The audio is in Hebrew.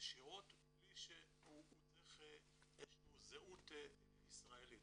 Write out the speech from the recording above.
ישירות בלי שהוא צריך איזו שהיא זהות ישראלית.